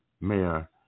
mayor